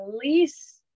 release